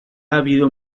habido